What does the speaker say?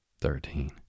thirteen